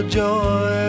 joy